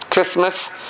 Christmas